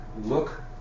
Look